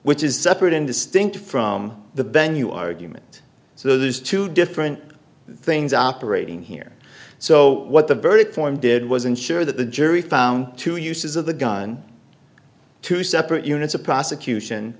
which is separate and distinct from the venue argument so there's two different things operating here so what the verdict form did was ensure that the jury found two uses of the gun two separate units a prosecution